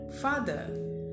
father